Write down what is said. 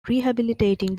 rehabilitating